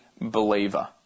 believer